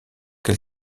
quel